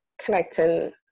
connecting